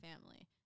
family